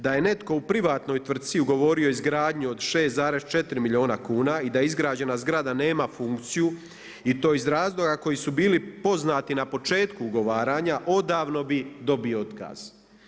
Da je netko u privatnoj tvrtci ugovorio izgradnju od 6,4 milijuna kuna i da izgrađena zgrada nema funkciju iz to iz razloga koji su bili poznati na početku ugovaranja odavno bi dobio otkaz.